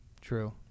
true